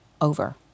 over